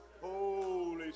Holy